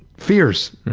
fears.